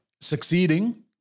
succeeding